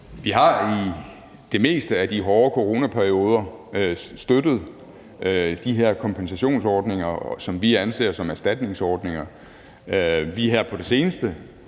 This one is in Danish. Vi har i størstedelen af de hårde coronaperioder støttet de her kompensationsordninger, som vi anser som erstatningsordninger. Vi er her på det seneste